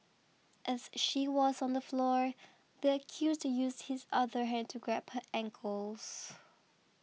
as she was on the floor the accused used his other hand to grab her ankles